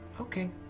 Okay